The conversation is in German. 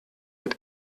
mit